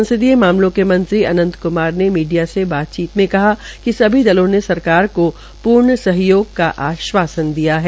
संसदीय मामलों के मंत्री अन्नत क्मार ने मीडिया से बातचीत में कहा कि सभी दलों ने सरकार को पूर्ण सहयोग का आशवासन दिया है